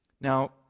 Now